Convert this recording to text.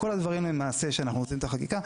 כל הדברים שלמעשה אנחנו עושים את החקיקה,